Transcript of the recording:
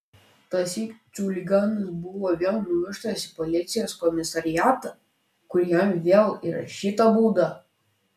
tąsyk chuliganas buvo vėl nuvežtas į policijos komisariatą kur jam vėl išrašyta bauda